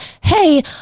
hey